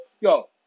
Yo